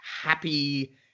happy